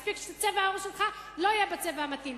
מספיק שצבע העור שלך לא יהיה בצבע המתאים.